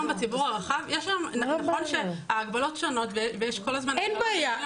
בציבור הרחב נכון שההגבלות שונות ויש כל הזמן --- אין בעיה,